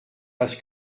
parce